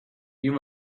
you